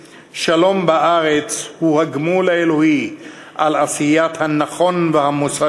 עם רב על כל עדותיו וגווניו והפלורליזם הנרחב שהוא מייצג.